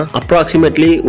approximately